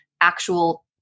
actual